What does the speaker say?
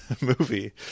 Movie